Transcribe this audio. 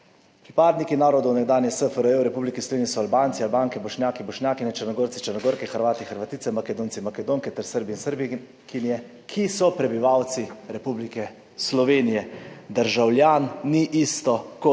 »Pripadniki narodov nekdanje SFRJ v Republiki Sloveniji so Albanci, Albanke, Bošnjaki, Bošnjaki, Črnogorci, Črnogorke, Hrvati, Hrvatice, Makedonci, Makedonke ter Srbi in Srbkinje, ki so prebivalci Republike Slovenije.« Državljan ni isto kot